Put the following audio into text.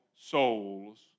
souls